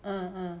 uh uh